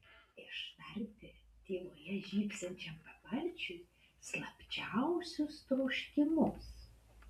ištarti tyloje žybsinčiam paparčiui slapčiausius troškimus